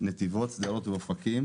נתיבות, שדרות ואופקים